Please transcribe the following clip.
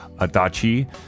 Adachi